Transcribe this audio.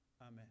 Amen